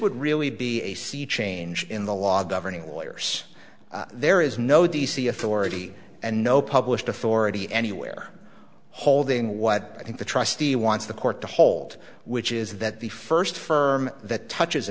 would really be a sea change in the law governing lawyers there is no d c authority and no published authority anywhere holding what i think the trustee wants the court to hold which is that the first firm that touches a